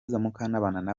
mukantabana